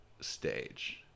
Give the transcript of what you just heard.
stage